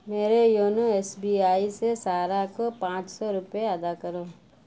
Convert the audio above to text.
میرے YONO S B I سے سارہ کو پانچ سو روپئے ادا کرو